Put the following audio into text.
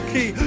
Key